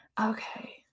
okay